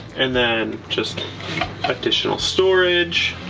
and then just additional storage.